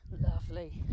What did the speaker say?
Lovely